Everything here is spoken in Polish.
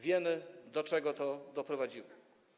Wiemy, do czego to doprowadziło.